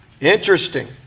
Interesting